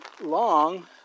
long